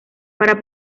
para